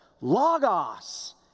Logos